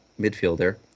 midfielder